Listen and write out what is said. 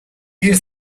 use